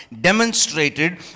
demonstrated